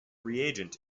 reagent